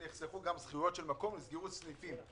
נחסכו שכירויות של מקומות ונסגרו סניפים.